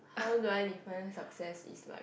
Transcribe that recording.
how do I define success is like